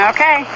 Okay